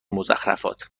مضخرفات